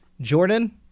Jordan